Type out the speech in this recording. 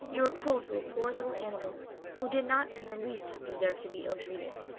you were cruel to a poor little animal who did not in the least deserve to be ill-treated.